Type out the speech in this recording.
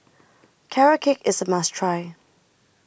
Carrot Cake IS A must Try